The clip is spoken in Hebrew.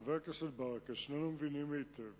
חבר הכנסת ברכה, שנינו מבינים היטב